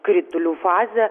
kritulių fazė